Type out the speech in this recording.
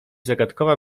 zagadkowa